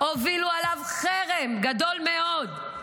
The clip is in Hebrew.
הובילו עליו חרם גדול מאוד.